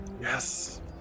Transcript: Yes